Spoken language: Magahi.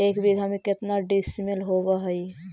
एक बीघा में केतना डिसिमिल होव हइ?